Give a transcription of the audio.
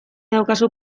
daukazu